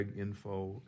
Info